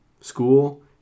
school